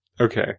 Okay